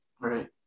Right